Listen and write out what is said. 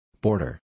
Border